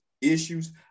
issues